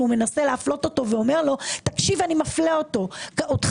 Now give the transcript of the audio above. מנסה להפלות אותו ואומר לו: אני מפלה אותך.